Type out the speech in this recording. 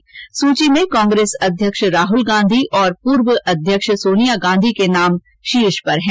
जारी की गई सूची में कांग्रेस अध्यक्ष राहुल गांधी और पूर्व अध्यक्ष सोनियां गांधी का नाम शीर्ष पर है